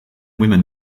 women